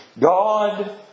God